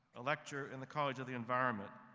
a lecturer in the college of the environment,